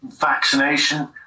vaccination